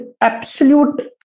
absolute